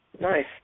Nice